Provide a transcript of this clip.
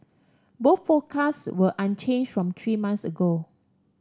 both forecasts were from three months ago